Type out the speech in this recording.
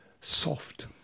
soft